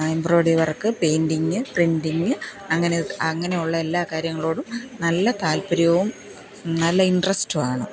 embroidery work painting printing അങ്ങനെ അങ്ങനെയുള്ള എല്ലാ കാര്യങ്ങളോടും നല്ല താല്പ്പര്യവും നല്ല ഇന്ട്രെസ്റ്റും ആണ്